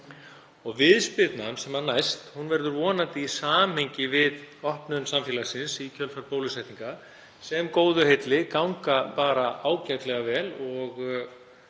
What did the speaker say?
og viðspyrnan sem næst verður vonandi í samhengi við opnun samfélagsins í kjölfar bólusetninga sem góðu heilli ganga ágætlega vel.